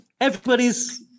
Everybody's